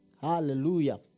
hallelujah